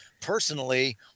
personally